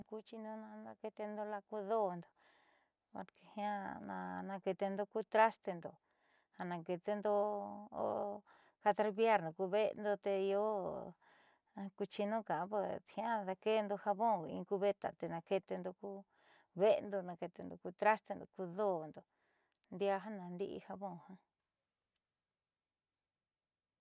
Kuuchiindo nanake'etendo la'akudo'ondo porque jiaa naake'etendo ku trastendo ja naake'etendo o ja trapearndo ku ve'endo tee jo ja kuuchinu jiaa daakeendo jabón in cubeta te naake'etendo ku kuve'endo ku trastendo ku do'ondo ndiaa ja nandi'i ja jabón jiaa.